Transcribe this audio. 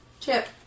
Chip